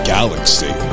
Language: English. Galaxy